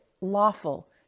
lawful